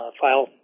file